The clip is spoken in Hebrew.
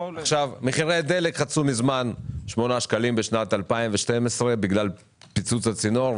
מחירי הדלק חצו מזמן את 8 השקלים בשנת 2012 בגלל פיצוץ הצינור,